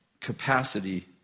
capacity